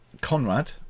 Conrad